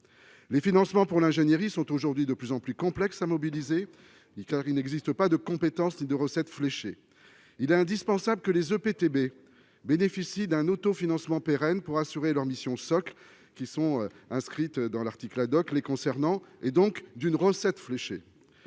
les financements pour l'ingénierie sont aujourd'hui de plus en plus complexes à mobiliser ni car il n'existe pas de compétences et de recettes fléchés, il est indispensable que les EPTB bénéficie d'un auto-financement pérenne pour assurer leur mission socle qui sont inscrites dans l'article Haddock les concernant et donc d'une recette fléchés,